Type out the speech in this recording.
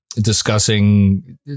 discussing